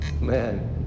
man